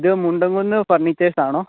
ഇത് മുണ്ടംകുന്ന് ഫർണിച്ചേഴ്സാണോ